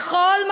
הם לא רוצים.